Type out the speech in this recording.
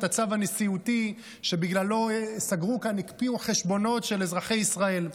את הצו הנשיאותי שבגללו סגרו כאן והקפיאו חשבונות של אזרחי ישראל?